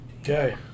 Okay